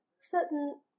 certain